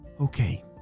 Okay